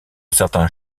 certains